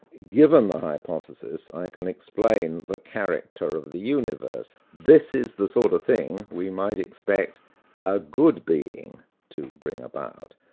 given the hypothesis, i can explain the character of the universe. this is the sort of thing we might expect a good being to bring about,